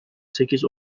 sekiz